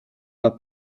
par